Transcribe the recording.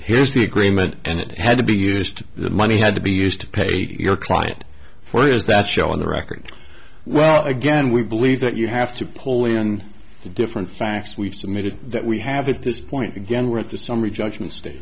here's the agreement and it had to be used the money had to be used to pay your client why is that show on the record well again we believe that you have to pull in different facts we've submitted that we have at this point again we're at the summary judgment